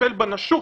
לטפל בנשוך